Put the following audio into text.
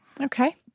Okay